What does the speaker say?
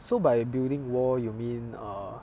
so by building wall you mean err